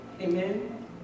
Amen